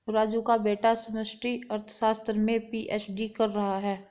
राजू का बेटा समष्टि अर्थशास्त्र में पी.एच.डी कर रहा है